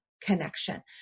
connection